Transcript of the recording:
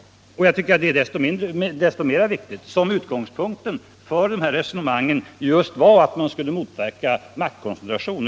Jag tycker att det är så mycket viktigare som utgångspunkten för det här resonemanget var att man skulle motverka maktkoncentration.